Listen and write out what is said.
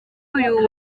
uyu